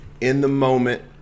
in-the-moment